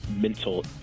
mental